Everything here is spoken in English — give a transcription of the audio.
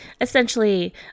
essentially